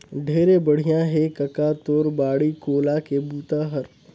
ढेरे बड़िया हे कका तोर बाड़ी कोला के बूता हर